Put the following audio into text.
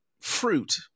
fruit